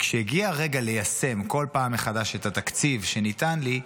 כשהגיע הרגע ליישם כל פעם מחדש את התקציב שניתן לי,